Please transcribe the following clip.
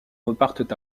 repartent